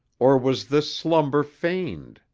or was this slumber feigned